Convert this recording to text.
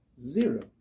Zero